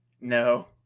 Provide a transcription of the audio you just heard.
no